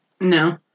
No